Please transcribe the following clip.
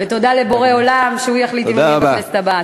ותודה לבורא עולם, שהוא יחליט אם אהיה בכנסת הבאה.